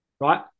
Right